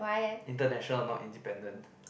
international not independent